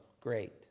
great